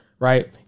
Right